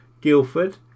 Guildford